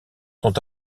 sont